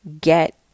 get